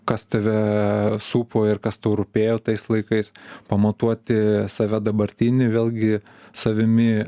kas tave supo ir kas tau rūpėjo tais laikais pamatuoti save dabartinį vėlgi savimi